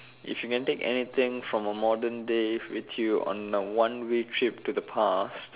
if you can take anything from a modern day with you on a one way trip to the past